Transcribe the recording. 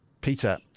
Peter